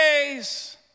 days